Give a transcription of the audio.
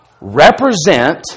represent